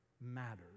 matters